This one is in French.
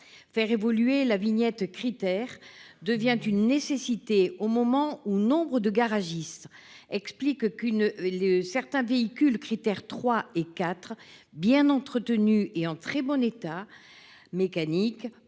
Faire évoluer la vignette Crit'Air devient une nécessité au moment où nombre de garagistes expliquent que certains véhicules Crit'Air 3 ou 4, bien entretenus et en très bon état mécanique,